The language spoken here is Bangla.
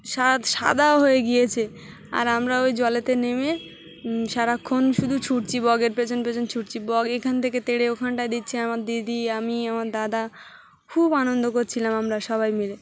সাদ সাদা হয়ে গিয়েছে আর আমরা ওই জলেতে নেমে সারাক্ষণ শুধু ছুটছি বকের পেছনে পেছনে ছুটছি বক এখান থেকে তেড়ে ওখানটায় দিচ্ছি আমার দিদি আমি আমার দাদা খুব আনন্দ করছিলাম আমরা সবাই মিলে